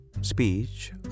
speech